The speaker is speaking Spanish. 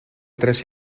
tres